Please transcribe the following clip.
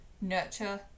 nurture